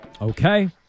Okay